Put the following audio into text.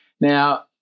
Now